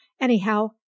Anyhow